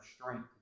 strength